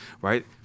right